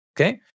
okay